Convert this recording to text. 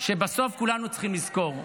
ובסוף כולנו צריכים לזכור,